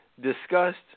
discussed